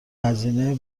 هزینه